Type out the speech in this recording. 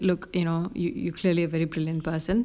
look you know you you clearly a very brilliant person